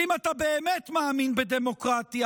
אם אתה באמת מאמין בדמוקרטיה,